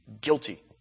guilty